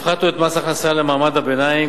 הפחתנו את מס הכנסה למעמד הביניים,